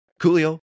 Coolio